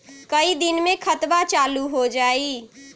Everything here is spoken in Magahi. कई दिन मे खतबा चालु हो जाई?